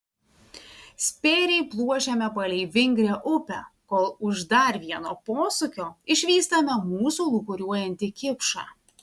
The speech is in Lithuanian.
spėriai pluošiame palei vingrią upę kol už dar vieno posūkio išvystame mūsų lūkuriuojantį kipšą